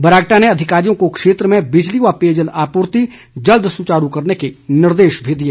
बरागटा ने अधिकारियों को क्षेत्र में बिजली व पेयजल आपूर्ति जल्द सुचारू करने के निर्देश भी दिए